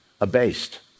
abased